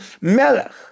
melech